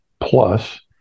Plus